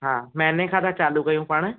हा महीने खां था चालू कयूं पाण